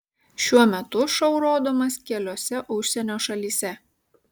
šiuo metu šou rodomas keliose užsienio šalyse